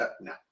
no